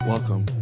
Welcome